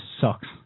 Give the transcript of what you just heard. sucks